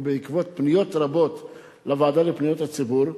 בעקבות פניות רבות לוועדה לפניות הציבור,